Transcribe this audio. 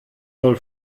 soll